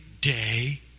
day